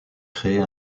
créer